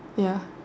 ya